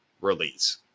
release